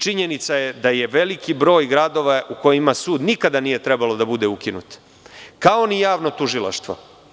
Činjenica je da je veliki broj gradova u kojima sud nikada nije trebalo da bude ukinut, kao ni javna tužilaštva.